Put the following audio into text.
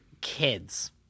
kids